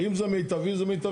אם זה מיטבי זה מיטבי.